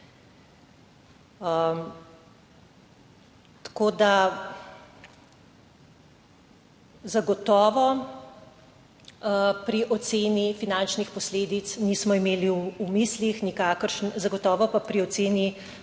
Tako, da zagotovo pri oceni finančnih posledic nismo imeli v mislih nikakršen, zagotovo pa pri oceni